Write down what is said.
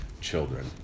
children